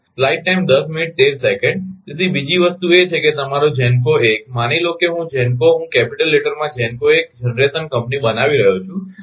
તેથી બીજી વસ્તુ એ છે કે તમારો GENCO 1 માની લો કે હું GENCO હું કેપિટલ લેટરમાં GENCO 1 જનરેશન કંપની બનાવી રહ્યો છું